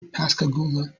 pascagoula